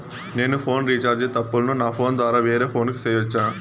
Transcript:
నేను phone recharge తప్పులను నా ఫోను ద్వారా వేరే ఫోను కు సేయొచ్చా?